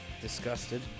disgusted